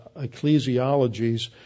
ecclesiologies